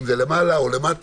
אם זה למעלה או למטה,